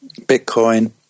Bitcoin